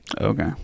Okay